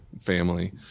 family